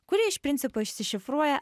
kuri iš principo išsišifruoja